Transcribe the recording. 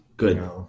Good